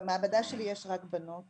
במעבדה שלי יש רק בנות,